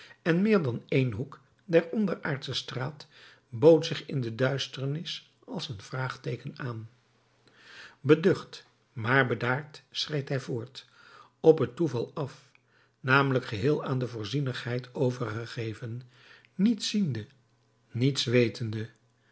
en meer dan één hoek der onderaardsche straat bood zich in de duisternis als een vraagteeken aan beducht maar bedaard schreed hij voort op het toeval af namelijk geheel aan de voorzienigheid overgegeven niets ziende niets wetende